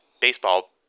baseball